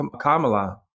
Kamala